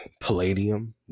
palladium